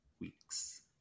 weeks